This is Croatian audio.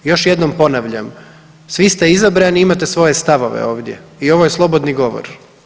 Još jednom ponavljam, svi ste izabrani, imate svoje stavove ovdje i ovo je slobodni govor.